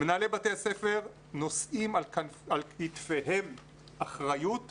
מנהלי בתי הספר נושאים על כתפיהם אחריות עצומה.